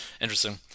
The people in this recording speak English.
interesting